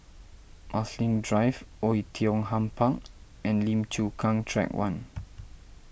Marsiling Drive Oei Tiong Ham Park and Lim Chu Kang Track one